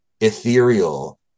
ethereal